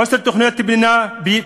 חוסר תוכניות בנייה,